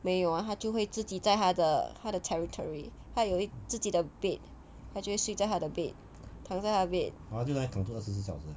没有啊他就会自己在他的他的 territory 还有自己的 bed 它就会睡在它的 bed 躺在它的 bed